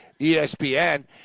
ESPN